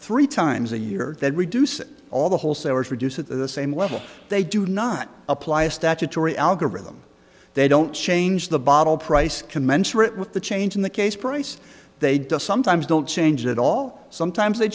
three times a year that reduces all the wholesalers produce at the same level they do not apply a statutory algorithm they don't change the bottle price commensurate with the change in the case price they does sometimes don't change at all sometimes they